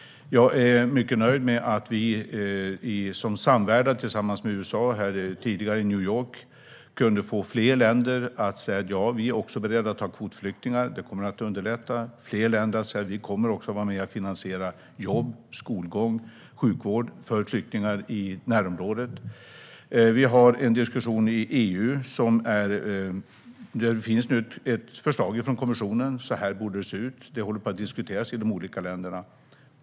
Jag är mycket nöjd med att vi som värdar tillsammans med USA i New York för en tid sedan kunde få fler länder att säga ja till att också ta emot kvotflyktingar. Det kommer att underlätta för att få fler länder att säga att de kommer att vara med och finansiera jobb, skolgång och sjukvård för flyktingar i närområdet. Vi har en diskussion i EU, och det finns nu ett förslag från kommissionen om hur det borde se ut. Det diskuteras i de olika länderna.